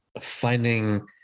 finding